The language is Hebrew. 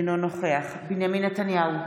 אינו נוכח בנימין נתניהו,